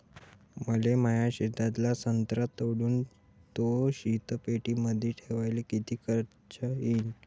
मले माया शेतातला संत्रा तोडून तो शीतपेटीमंदी ठेवायले किती खर्च येईन?